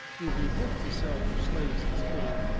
whom he hoped to sell for slaves in spain,